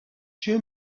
two